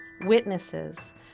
witnesses